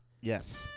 Yes